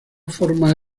forma